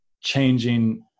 changing